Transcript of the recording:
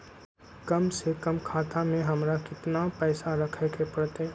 कम से कम खाता में हमरा कितना पैसा रखे के परतई?